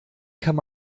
kann